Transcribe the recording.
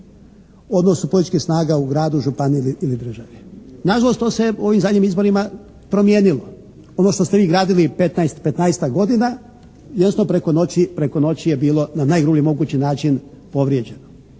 odnosu političkih snaga u gradu, županiji ili državi. Nažalost, to se u ovim zadnjim izborima promijenilo. Ono što ste vi gradili 15-ak godina jednostavno preko noći je bilo na najgrublji mogući način povrijeđeno,